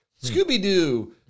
scooby-doo